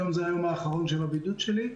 היום זה היום האחרון של הבידוד שלי.